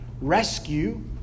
rescue